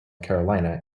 carolina